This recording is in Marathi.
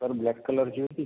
सर ब्लॅक कलरची होती